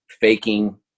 faking